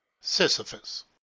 Sisyphus